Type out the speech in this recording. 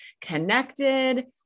connected